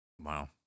Wow